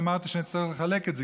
ואמרתי שאני אצטרך לחלק את זה,